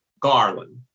Garland